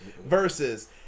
versus